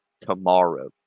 tomorrow